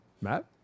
Matt